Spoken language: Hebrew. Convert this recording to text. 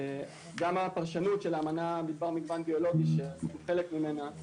גם הפרשנות של האמנה בדבר מגוון ביולוגי שאנחנו חלק ממנה,